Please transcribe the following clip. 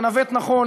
לנווט נכון,